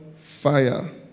fire